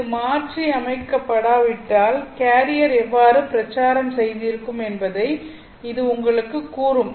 இது மாற்றியமைக்கப்படாவிட்டால் கேரியர் எவ்வாறு பிரச்சாரம் செய்திருக்கும் என்பதை இது உங்களுக்குக் கூறும்